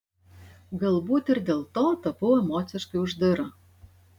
galbūt ir dėl to tapau emociškai uždara